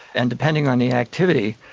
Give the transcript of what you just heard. and, depending on the activity,